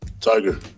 Tiger